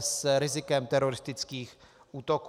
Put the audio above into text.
s rizikem teroristických útoků.